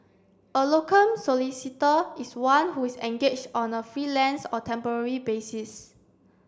a locum solicitor is one who is engaged on a freelance or temporary basis